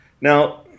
Now